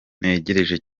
ntegereje